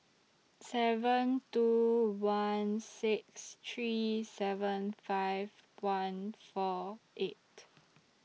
seven two one six three seven five one four eight